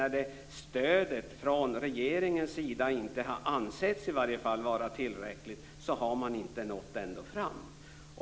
Eftersom stödet från regeringens sida i varje fall inte har ansetts vara tillräckligt, har man inte nått ända fram.